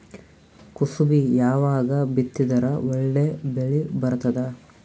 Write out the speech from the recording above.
ಕುಸಬಿ ಯಾವಾಗ ಬಿತ್ತಿದರ ಒಳ್ಳೆ ಬೆಲೆ ಬರತದ?